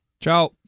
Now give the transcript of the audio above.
Ciao